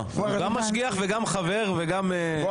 הוא גם משגיח וגם חבר וגם --- בוא,